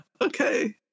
okay